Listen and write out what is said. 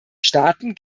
staaten